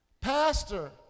Pastor